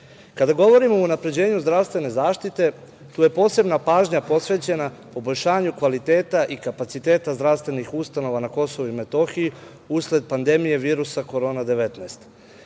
KiM.Kada govorimo o unapređenju zdravstvene zaštite, tu je posebna pažnja posvećena poboljšanju kvaliteta i kapaciteta zdravstvenih ustanova na KiM, usled pandemije virusa Korona-19.Tu,